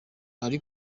ari